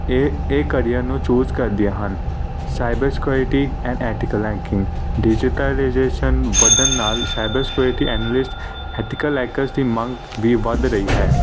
ਇਹ ਇਹ ਘੜੀਆਂ ਨੂੰ ਚੂਜ ਕਰਦੀਆਂ ਹਨ cyber security and ethical hacking digitalisation ਵਧਣ ਨਾਲ cyber security analyst ethical hackers ਦੀ ਮੰਗ ਵੀ ਵੱਧ ਰਹੀ ਹੈ